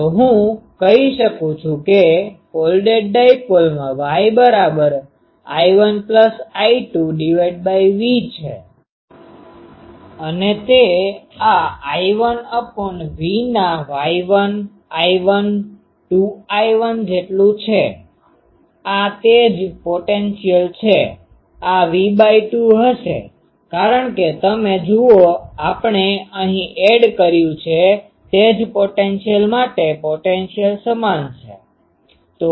તો હું કહી શકું છું કે ફોલ્ડેડ ડાઈપોલમાં YI1I2VY એ I1 વત્તા I2 ભાગ્યા I2V બરાબર છે અને તે આ I1 V ના Y1 I1 2 I1 જેટલું છે આ તે જ પોટેન્શિઅલ છે આ V2 હશે કારણ કે તમે જુઓ આપણે અહીં એડ કર્યું છે તે જ પોટેન્શિઅલ માટે પોટેન્શિઅલ સમાન છે